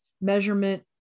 measurement